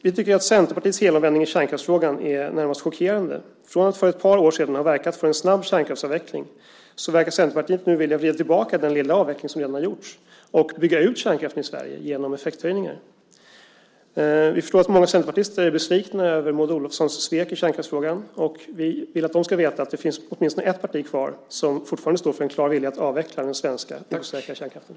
Vi tycker att Centerpartiets helomvändning i kärnkraftsfrågan är närmast chockerande. Från att för ett par år sedan ha verkat för en snabb kärnkraftsavveckling verkar Centerpartiet nu vilja vrida tillbaka den lilla avveckling som redan har gjorts och bygga ut kärnkraften i Sverige genom effekthöjningar. Vi förstår att många centerpartister är besvikna över Maud Olofssons svek i kärnkraftsfrågan, och vi vill att de ska veta att det finns åtminstone ett parti kvar som fortfarande står för en klar vilja att avveckla den svenska, osäkra kärnkraften.